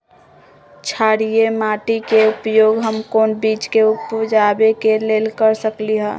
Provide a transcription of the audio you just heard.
क्षारिये माटी के उपयोग हम कोन बीज के उपजाबे के लेल कर सकली ह?